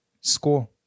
score